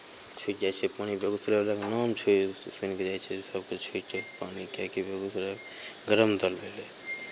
छूटि जाइ छै पानि बेगूसरायवलाके नाम छै सुनि कऽ जाइ छै सभके छूटि पानि किएकि बेगूसराय गरम दल भेलय